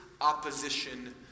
opposition